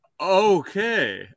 okay